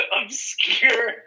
obscure